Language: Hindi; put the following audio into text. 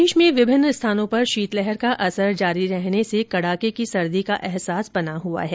प्रदेश में विभिन्न स्थानों पर शीतलहर का असर जारी रहने से कड़ाके की सर्दी का अहसास बना हुआ है